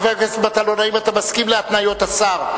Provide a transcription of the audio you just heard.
חבר הכנסת מטלון, האם אתה מסכים להתניות השר?